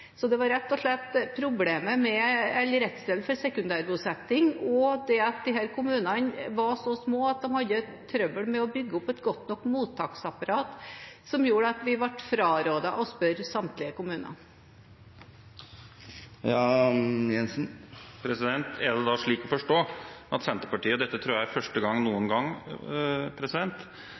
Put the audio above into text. Det var rett og slett redselen for sekundærbosetting og det at disse kommunene var så små at de hadde trøbbel med å bygge opp et godt nok mottaksapparat, som gjorde at vi ble frarådet å spørre samtlige kommuner. Er det da slik å forstå – og det tror jeg er første gang noen gang